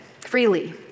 freely